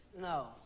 No